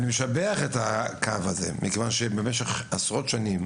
אני משבח את הקו הזה, מכיוון שבמשך עשרות שנים